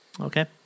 Okay